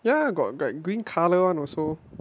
ya got got green colour [one] also